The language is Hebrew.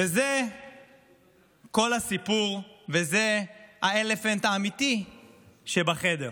וזה כל הסיפור, וזה ה-elephant האמיתי שבחדר.